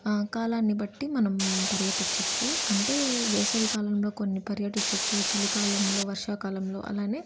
కాలాన్ని బట్టి మనం పర్యటించచ్చు అంటే వేసవికాలంలో కొన్ని పర్యటించవచ్చు చలికాలంలో వర్షాకాలంలో అలాగే